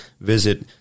visit